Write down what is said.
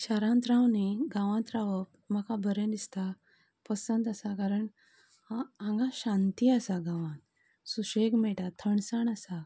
शारांत रावनीय गांवांत रावप म्हाका बरें दिसता पसंत आसा कारण हांगा शांती आसा गांवांत सुशेग मेळटा थंडसाण आसा